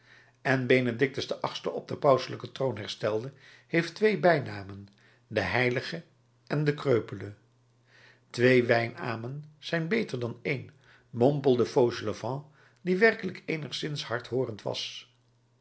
en benedictus viii op den pauselijken troon herstelde heeft twee bijnamen de heilige en de kreupele twee wijn amen zijn beter dan een mompelde fauchelevent die werkelijk eenigszins hardhoorend was